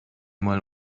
mal